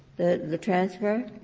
the the transfer.